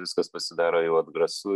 viskas pasidaro jau atgrasu